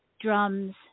drums